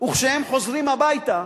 וכשהם חוזרים הביתה,